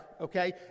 okay